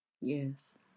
Yes